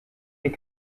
est